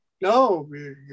No